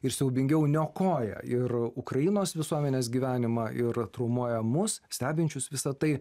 ir siaubingiau niokoja ir ukrainos visuomenės gyvenimą ir traumuoja mus stebinčius visą tai